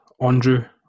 Andrew